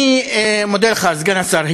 אני מודה לך, סגן השר.